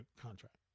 contract